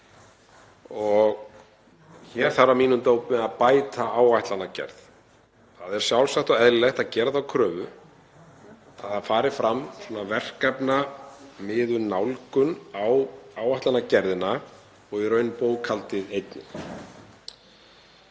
Hér þarf að mínum dómi að bæta áætlanagerð. Það er sjálfsagt og eðlilegt að gera þá kröfu að fram fari verkefnamiðuð nálgun á áætlanagerðina og í raun bókhaldið einnig,